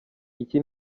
iki